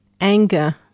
Anger